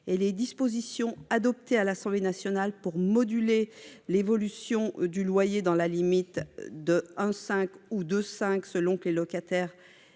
Les dispositions adoptées à l'Assemblée nationale pour moduler l'évolution des loyers dans la limite de 1,5 % ou de 2,5 %, selon que les locataires